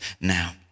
now